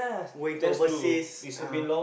going to overseas uh